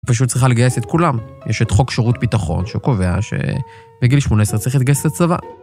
‫פשוט צריכה לגייס את כולם. ‫יש את חוק שירות ביטחון, שקובע, ‫שבגיל 18 צריך להתגייס לצבא.